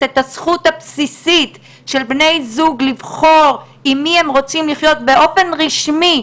את הזכות הבסיסית של בני זוג לבחור עם מי הם רוצים לחיות באופן רשמי,